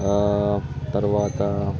తర్వాత